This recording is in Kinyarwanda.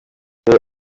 maze